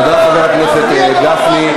תודה, חבר הכנסת גפני.